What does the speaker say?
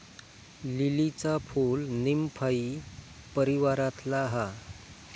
लीलीचा फूल नीमफाई परीवारातला हा